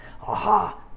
Aha